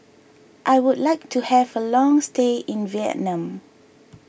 I would like to have a long stay in Vietnam